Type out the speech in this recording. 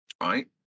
Right